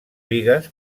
bigues